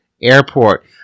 airport